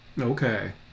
Okay